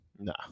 No